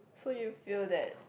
so you feel that